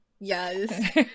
Yes